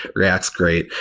react is great,